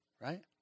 right